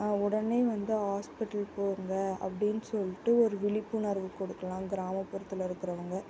உடனே வந்து ஹாஸ்பிட்டல் போங்க அப்படின்னு சொல்லிட்டு ஒரு விழிப்புணர்வு கொடுக்கலாம் கிராமப்புறத்தில் இருக்கிறவுங்க